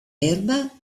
erba